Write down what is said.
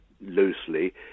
loosely